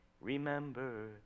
remember